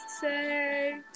say